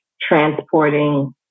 transporting